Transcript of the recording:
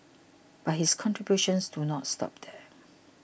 but his contributions do not stop there